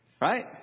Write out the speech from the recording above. Right